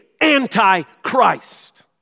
Antichrist